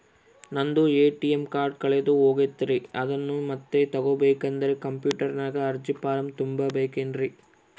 ನಂದು ATM card ಕಳೆದು ಹೋಗೈತ್ರಿ ಅದನ್ನು ಮತ್ತೆ ತಗೋಬೇಕಾದರೆ ಕಂಪ್ಯೂಟರ್ ನಾಗ ಅರ್ಜಿ ಫಾರಂ ತುಂಬಬೇಕನ್ರಿ?